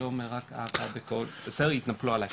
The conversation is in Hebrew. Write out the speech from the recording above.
אהבה זה הרבה דברים,